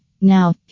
Now